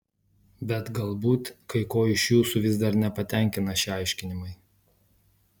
bet galbūt kai ko iš jūsų vis dar nepatenkina šie aiškinimai